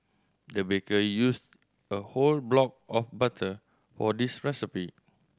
the baker used a whole block of butter for this recipe